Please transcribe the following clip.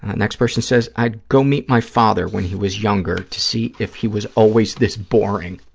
next person says, i'd go meet my father when he was younger to see if he was always this boring.